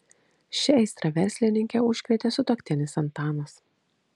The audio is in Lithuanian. šia aistra verslininkę užkrėtė sutuoktinis antanas